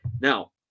Now